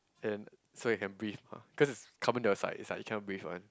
then so I can breathe mah cause is carbon dioxide is like you cannot breathe one